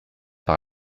par